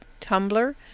Tumblr